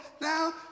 Now